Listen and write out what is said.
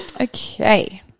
Okay